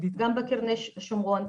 גם בקרני שומרון.